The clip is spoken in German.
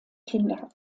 kinder